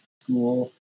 school